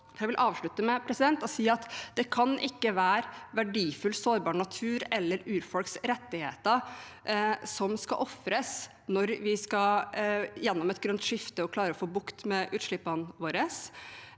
Jeg vil avslutte med å si at det kan ikke være verdifull, sårbar natur eller urfolks rettigheter som skal ofres når vi skal gjennom et grønt skifte og klare å få bukt med utslippene våre.